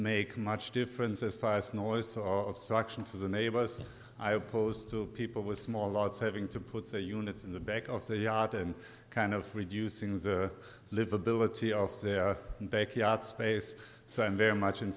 make much difference as far as noise or suction to the neighbors and i opposed to people with small lots having to put a units in the back of the yard and kind of reducing the livability of their backyard space so i'm very much in